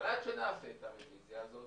אבל עד שנעשה את הרביזיה הזאת,